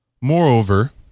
Moreover